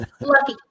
lucky